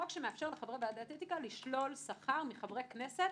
חוק שמאפשר לחברי ועדת האתיקה לשלול שכר מחברי כנסת